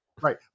Right